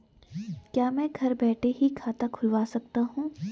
क्या मैं घर बैठे ही खाता खुलवा सकता हूँ?